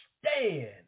stand